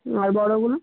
আর বড়গুলো